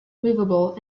movable